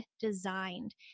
designed